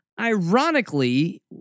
ironically